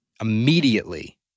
Immediately